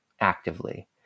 actively